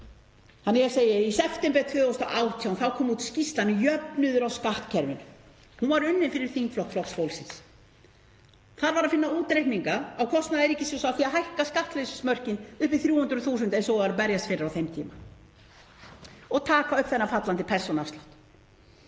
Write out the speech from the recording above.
algjöru rugli. Í september 2018 kom út skýrslan Jöfnuður í skattkerfinu. Hún var unnin fyrir þingflokk Flokks fólksins. Þar var að finna útreikninga á kostnaði ríkissjóðs af því að hækka skattleysismörkin upp í 300.000 eins og var verið að berjast fyrir á þeim tíma og taka upp þennan fallandi persónuafslátt.